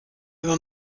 über